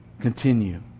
continue